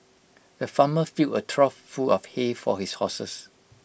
the farmer filled A trough full of hay for his horses